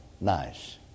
nice